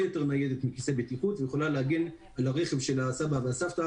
יותר ניידת מכיסא בטיחות ויכולה להגן על הרכב של הסבא והסבתא